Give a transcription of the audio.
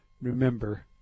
remember